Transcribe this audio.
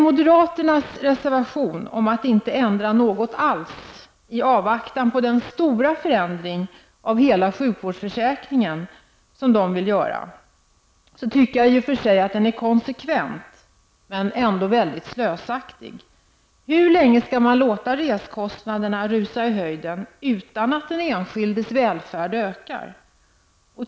Moderaternas reservation, om att inte ändra något alls i avvaktan på den stora förändring av hela sjukvårdsförsäkringen som de vill göra, tycker jag i och för sig är konsekvent men ändå väldigt slösaktig. Hur länge skall man låta reskostnaderna rusa i höjden utan att den enskildes välfärd ökar?